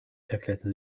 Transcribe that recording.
erklärte